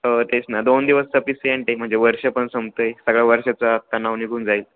हो तेच ना दोन दिवसच आपली सेंटे म्हणजे वर्ष पण संपतं आहे सगळ्या वर्षाचा तणाव निघून जाईल